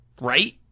Right